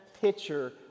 picture